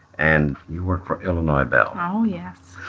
and you work for illinois bell oh, yes,